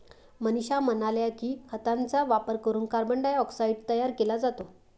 मनीषा म्हणाल्या की, खतांचा वापर करून कार्बन डायऑक्साईड तयार केला जातो